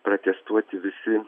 protestuoti visi